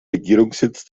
regierungssitz